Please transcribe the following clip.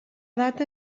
data